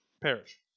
perish